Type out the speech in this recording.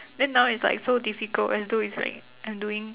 then now it's like so difficult as though is like I'm doing